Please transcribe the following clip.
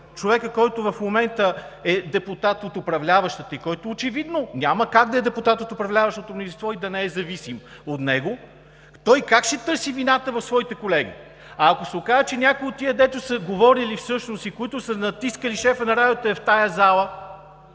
човекът, който в момента е депутат от управляващите и който очевидно няма как да е депутат от управляващото мнозинство и да не е зависим от него, той как ще търси вината в своите колеги? А ако се окаже, че е някой от тези, дето са говорили всъщност и са натискали шефа на радиото, е в тази зала?